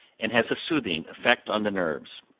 and has a soothing effect on the nerves.